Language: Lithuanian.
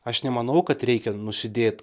aš nemanau kad reikia nusidėt